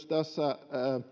tässä